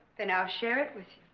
then i'll share it with